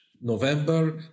November